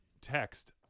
text